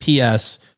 PS